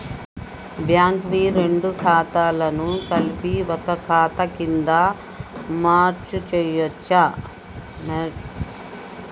Bank వి రెండు ఖాతాలను కలిపి ఒక ఖాతా కింద మెర్జ్ చేయచ్చా?